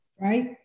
right